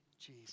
Jesus